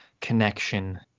connection